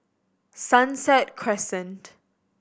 Sunset Crescent